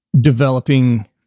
developing